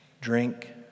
drink